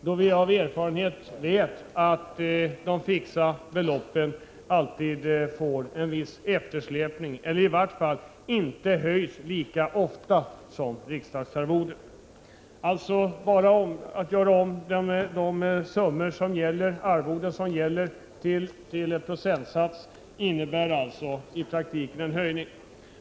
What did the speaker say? Vi vet ju av erfarenhet att de fixa beloppen alltid får en viss eftersläpning, eller att de i varje fall inte höjs lika ofta som riksdagsarvodet. Att göra om de gällande arvodena till en viss procent av riksdagsarvodet innebär alltså i praktiken en höjning.